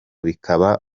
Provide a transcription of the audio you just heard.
bikaba